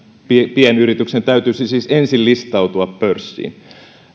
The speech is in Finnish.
pienyrityksen täytyisi siis ensin listautua pörssiin